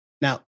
Now